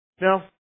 Now